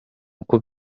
uko